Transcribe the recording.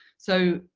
so,